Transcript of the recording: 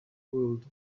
world